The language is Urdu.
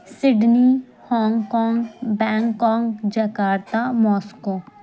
Sydney Hong Kong Bangkok Jakarta Moscow